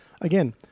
Again